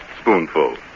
spoonful